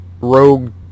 Rogue